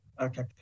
Okay